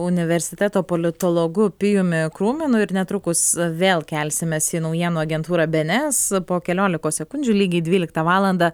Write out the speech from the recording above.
universiteto politologu pijumi krūminu ir netrukus vėl kelsimės į naujienų agentūrą bėnėes po keliolikos sekundžių lygiai dvyliktą valandą